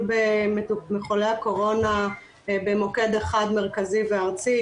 בחולי הקורונה במוקד אחד מרכזי וארצי,